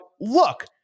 look